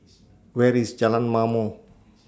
Where IS Jalan Ma'mor